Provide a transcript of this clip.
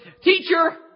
Teacher